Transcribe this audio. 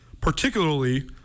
particularly